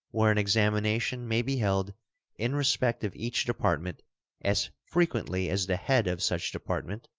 where an examination may be held in respect of each department as frequently as the head of such department,